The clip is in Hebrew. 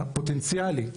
הפוטנציאלי,